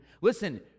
Listen